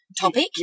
topic